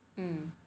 hmm